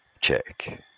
check